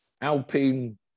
Alpine